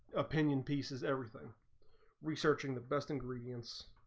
opinion pieces everything we searching the best ingredients